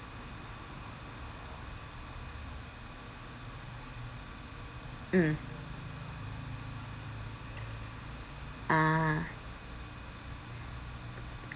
mm ah